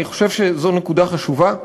ואני חושב שזו נקודה חשובה: